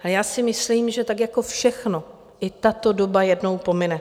Já si myslím, že tak jako všechno, i tato doba jednou pomine.